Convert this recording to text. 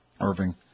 Irving